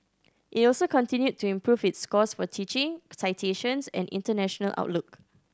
it also continued to improve its scores for teaching citations and international outlook